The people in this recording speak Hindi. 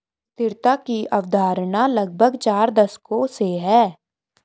स्थिरता की अवधारणा लगभग चार दशकों से है